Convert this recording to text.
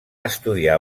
estudiar